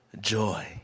joy